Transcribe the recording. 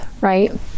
right